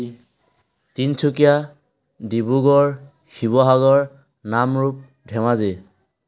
ই Tinsukia Dibrugarh Sivasagar Namrup Dhemaji